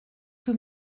que